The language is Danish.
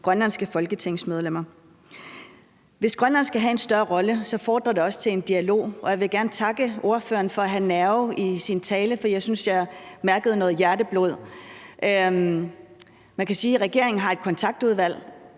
inddraget noget mere. Hvis Grønland skal have en større rolle, fordrer det også en dialog, og jeg vil gerne takke ordføreren for at have nerve i sin tale, for jeg synes, jeg mærkede noget hjerteblod. Regeringen har et kontaktudvalg.